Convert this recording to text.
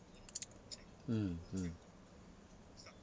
mm mm